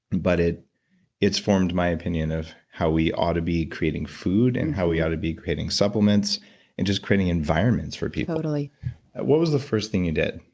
but it's formed my opinion of how we ought to be creating food and how we ought to be creating supplements and just creating environments for people totally what was the first thing you did?